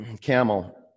Camel